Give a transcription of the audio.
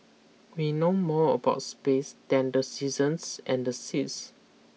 we know more about space than the seasons and the seas